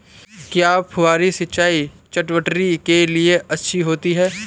क्या फुहारी सिंचाई चटवटरी के लिए अच्छी होती है?